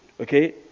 Okay